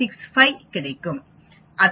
265 கிடைக்கும்